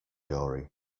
jury